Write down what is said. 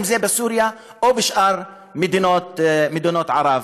אם זה בסוריה ואם בשאר מדינות ערב.